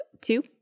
two